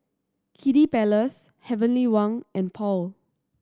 Kiddy Palace Heavenly Wang and Paul